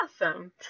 awesome